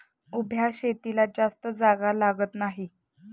उभ्या शेतीला जास्त जागा लागत नाही